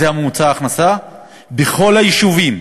זה ממוצע ההכנסה בכל היישובים.